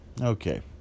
Okay